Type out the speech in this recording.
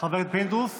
חבר הכנסת פינדרוס.